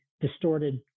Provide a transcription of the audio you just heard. distorted